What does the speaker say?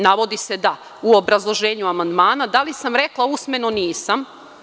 Navodi se da u obrazloženju amandmana, da li sam rekla usmeno, nisam.